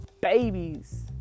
babies